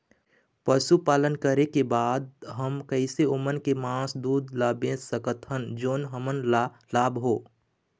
पशुपालन करें के बाद हम कैसे ओमन के मास, दूध ला बेच सकत हन जोन हमन ला लाभ हो?